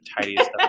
tidiest